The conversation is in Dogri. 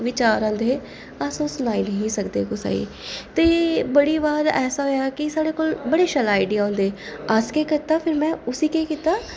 विचार औंदे हे अस ओह् सनाई निं हे सकदे कुसै गी ते बड़ी बार ऐसा होएआ कि साढ़े कोल बड़े शैल आइडिया होंदे अस केह् कीता फिर में उसी केह् कीता